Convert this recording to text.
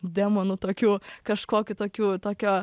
demonų tokių kažkokių tokių tokio